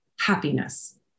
happiness